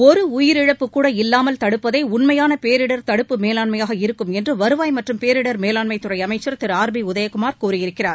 ஒரு உயிரிழப்பு கூட இல்லாமல் தடுப்பதே உண்மையான பேரிடர் தடுப்பு மேலாண்மையாக இருக்கும் என்று வருவாய் மற்றும் பேரிடர் மேலாண்மைத் துறை அமைச்சள் திரு ஆர் பி உதயகுமாள் கூறியிருக்கிறார்